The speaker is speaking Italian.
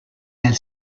nel